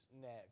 next